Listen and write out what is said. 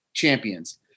champions